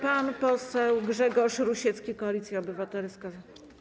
Pan poseł Grzegorz Rusiecki, Koalicja Obywatelska.